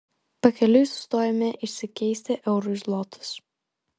pakeliui sustojome išsikeisti eurų į zlotus